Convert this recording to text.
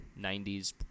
90s